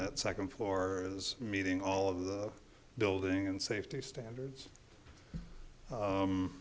that second floor is meeting all of the building and safety standards